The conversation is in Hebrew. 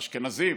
אשכנזים,